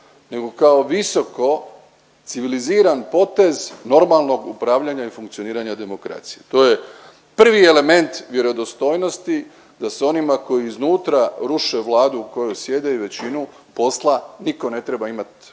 nego kao visokocivilizan potez normalnog upravljanja i funkcioniranja demokracije. To je prvi element vjerodostojnosti da s onima koji iznutra ruše vlade u kojoj sjede i većinu, posla nitko ne treba imat,